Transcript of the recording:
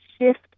shift